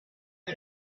qui